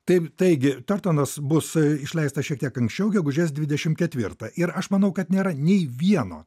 taip taigi tiortonas bus išleistas šiek tiek anksčiau gegužės dvidešim ketvirtą ir aš manau kad nėra nei vieno